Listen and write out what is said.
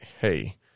hey